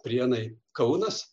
prienai kaunas